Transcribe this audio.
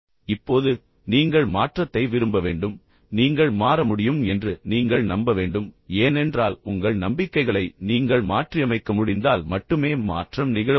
இப்போது நீங்கள் மாற்றத்தை விரும்ப வேண்டும் நீங்கள் மாற முடியும் என்று நீங்கள் நம்ப வேண்டும் ஏனென்றால் உங்கள் நம்பிக்கைகளை நீங்கள் மாற்றியமைக்க முடிந்தால் மட்டுமே மாற்றம் நிகழ முடியும்